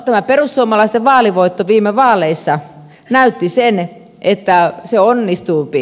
tämä perussuomalaisten vaalivoitto viime vaaleissa näytti sen että se onnistuupi